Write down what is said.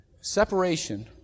Separation